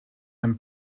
een